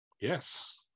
yes